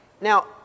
Now